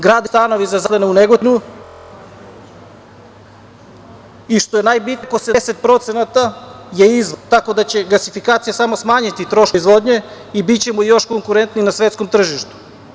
Gradiće se stanovi za zaposlene u Negotinu i, što je najbitnije, preko 70% je izvoz, tako da će gasifikacija samo smanjiti troškove proizvodnje i bićemo još konkurentniji na svetskom tržištu.